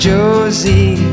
Josie